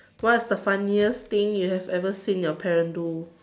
what is the funniest thing you have ever seen your parents do